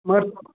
مگر